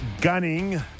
Gunning